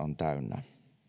on täynnä